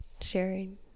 sharing